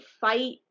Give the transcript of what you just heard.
fight